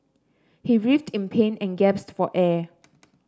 he writhed in pain and gasped for air